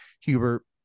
hubert